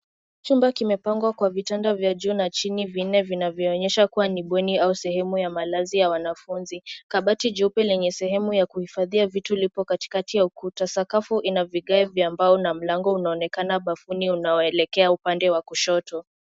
Chumba kimepangwa kwa vitanda vya juu na chini vinne vinavyoonyesha kuwa ni bweni au sehemu ya malazi ya wanafunzi. Kabati jeupe lenye sehemu ya kuhifadhia vitu lipo katikati ya ukuta. Sakafu ina vigae vya mbao na mlango unaonekana bafuni unaoelekea upande wa kushoto.